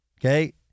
Okay